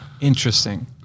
Interesting